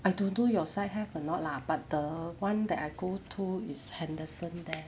I don't know your side have a not lah but the [one] that I go to is henderson there